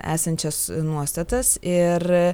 esančias nuostatas ir